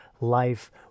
life